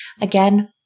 Again